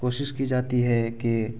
کوشش کی جاتی ہے کہ